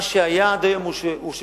מה שהיה עד היום הוא שקיים.